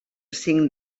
cinc